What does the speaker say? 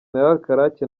karake